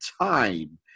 time